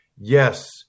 Yes